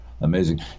amazing